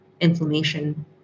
inflammation